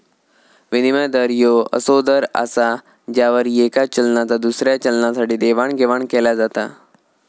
विनिमय दर ह्यो असो दर असा ज्यावर येका चलनाचा दुसऱ्या चलनासाठी देवाणघेवाण केला जाता